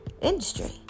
industry